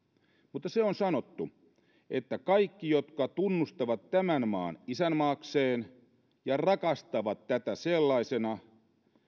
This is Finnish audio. mutta se on sanottu että kaikki jotka tunnustavat tämän maan isänmaakseen ja rakastavat tätä sellaisena